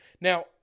Now